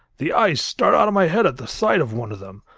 the eyes start out of my head at the sight of one of them.